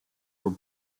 were